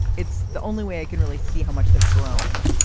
it's the only way i can really see how much they've grown.